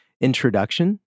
introduction